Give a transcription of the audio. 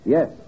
Yes